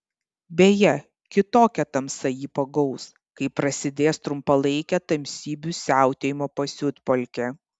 beje kitokia tamsa jį pagaus kai prasidės trumpalaikė tamsybių siautėjimo pasiutpolkė